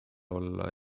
olla